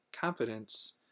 confidence